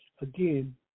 again